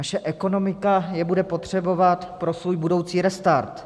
Naše ekonomika je bude potřebovat pro svůj budoucí restart.